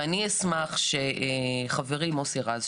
ואני אשמח שחברי מוסי רז,